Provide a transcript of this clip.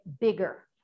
bigger